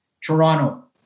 Toronto